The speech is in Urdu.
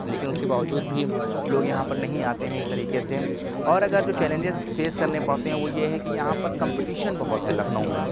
لیکن اُس کے باوجود بھی لوگ یہاں پر نہیں آتے ہیں اِس طریقے سے اور اگر جو چیلنجز فیس کرنے پڑتے ہیں وہ یہ ہے کہ یہاں پر کمپٹیشن بہت ہے لکھنؤ میں